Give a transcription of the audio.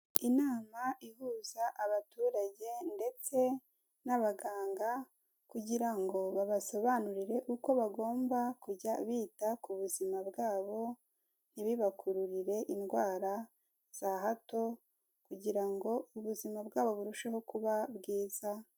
Inama ihuza abaturage ndetse n'abaganga kugira ngo babasobanurire uko bagomba kujya bita ku buzima bwabo, ntibibakururire indwara za hato kugira ngo ubuzima bwabo burusheho kuba bwiza.